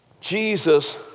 Jesus